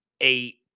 eight